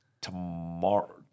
tomorrow